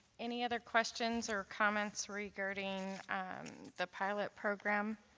any other questions or comments regarding the pilot program